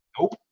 Nope